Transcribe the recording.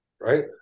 right